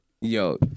Yo